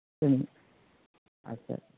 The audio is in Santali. ᱟᱪᱪᱷᱟ